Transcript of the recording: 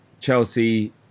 Chelsea